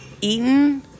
eaten